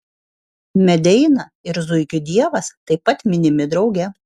medeina ir zuikių dievas taip pat minimi drauge